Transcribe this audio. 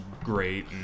great